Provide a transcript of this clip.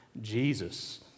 Jesus